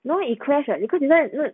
no it clashed like because this [one]